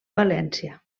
valència